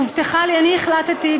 החלטתי,